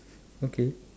okay